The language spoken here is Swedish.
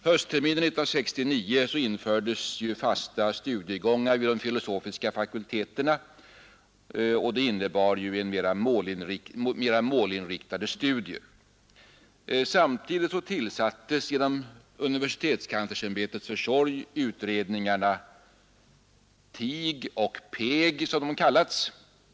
Höstterminen 1969 infördes fasta studiegångar vid de filosofiska fakulteterna, vilket innebar mera målinriktade studier. Samtidigt tillsattes genom universitetskanslersämbetets försorg utredningarna TIG och PEG.